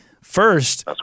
First